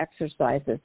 exercises